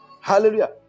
Hallelujah